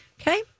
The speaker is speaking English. Okay